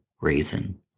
raisin